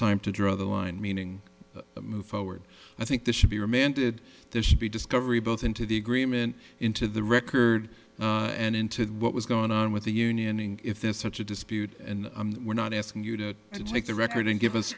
time to draw the line meaning move forward i think this should be remanded there should be discovery both into the agreement into the record and into what was going on with the union in if there's such a dispute and we're not asking you to take the record and give us